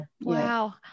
Wow